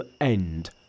end